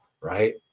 right